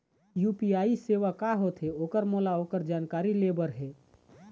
UPI सेवा का होथे ओकर मोला ओकर जानकारी ले बर हे?